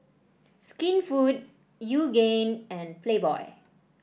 Skinfood Yoogane and Playboy